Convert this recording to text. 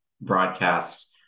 broadcast